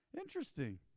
interesting